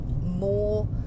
more